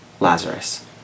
Lazarus